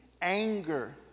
anger